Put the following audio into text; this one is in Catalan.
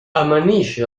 amanix